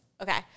Okay